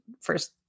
first